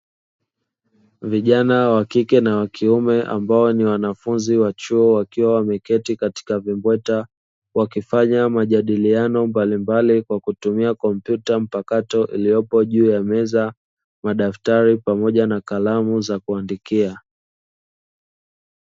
Vijana wa kike na wa kiume ambao ni wanafunzi wa chuo wakiwa wameketi katika vimbweta. Wakifanya majadiliano mbalimbali kwa kutumia kompyuta mpakato iliyopo juu ya meza, madaftari pamoja na kalamu za kuandikia.